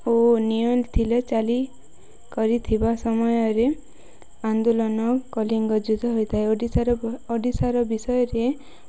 ଓ ନିୟମ ଥିଲେ ଚାଲି କରିଥିବା ସମୟରେ ଆନ୍ଦୋଲନ କଲିଙ୍ଗ ଯୁଦ୍ଧ ହୋଇଥାଏ ଓଡ଼ିଶାର ଓଡ଼ିଶାର ବିଷୟରେ